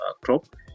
crop